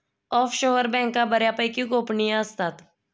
offshore बँका बऱ्यापैकी गोपनीय असतात